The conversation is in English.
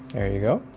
there you go